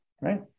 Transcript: Right